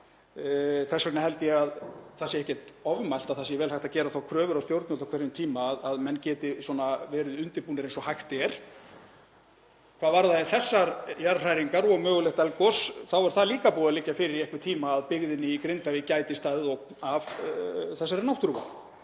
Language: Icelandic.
Þess vegna held ég að það sé ekkert ofmælt að það sé vel hægt að gera þá kröfu á stjórnvöld á hverjum tíma að menn geti verið undirbúnir eins og hægt er. Hvað varðar þessar jarðhræringar og mögulegt eldgos þá er það líka búið að liggja fyrir í einhvern tíma að byggðinni í Grindavík gæti staðið ógn af þessari náttúruvá